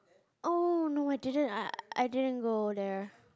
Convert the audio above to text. oh no I didn't I I didn't go there